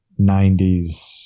90s